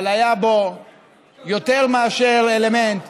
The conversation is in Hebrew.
אבל היה בו יותר מאשר אלמנט,